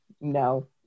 no